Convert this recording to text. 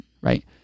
right